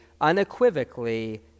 unequivocally